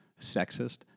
sexist